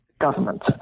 government